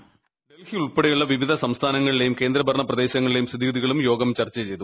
voice Delhi ഉൾപ്പെടെയുള്ള വിവിധ സംസ്ഥാനങ്ങളിലെയും കേന്ദ്രഭരണ പ്രദേശങ്ങളിലെയും സ്ഥിതിഗതികളും യോഗത്തിൽ ചർച്ച ചെയ്തു